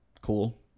Cool